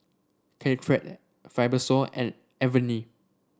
Caltrate Fibrosol and Avene